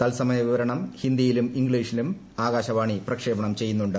തത്സമയവിവരണം ഹിന്ദിയിലും ഇംഗ്ലീഷിലും ആകാശവാണി പ്രക്ഷേപണം ചെയ്യുന്നുണ്ട്